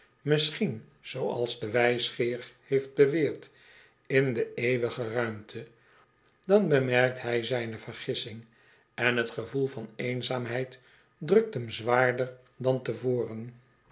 misschien zooals de wijsgeer heeft beweerd in de eeuwige ruimte dan bemerkt hij zijne vergissing en t gevoel van eenzaamheid drukt hem zwaarder dan te voren